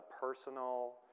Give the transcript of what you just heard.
personal